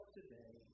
today